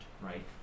right